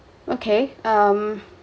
okay um